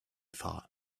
thought